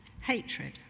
hatred